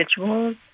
individuals